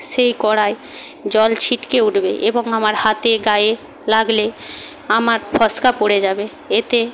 সেই কড়াইয়ে জল ছিটকে উঠবে এবং আমার হাতে গায়ে লাগলে আমার ফোসকা পড়ে যাবে এতে